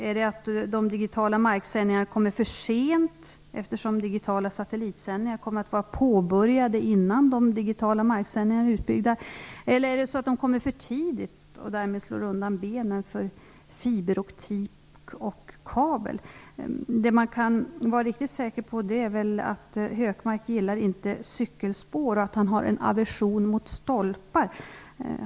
Är det att de digitala marksändningarna kommer för sent, eftersom digitala satellitsändningar kommer att vara påbörjade innan de digitala marksändningarna är utbyggda? Eller är det så att de kommer för tidigt och därmed slår undan benen för fiberoptik och kabel? Det man kan vara riktigt säker på är att Hökmark inte gillar cykelspår och att han har en aversion mot stolpar.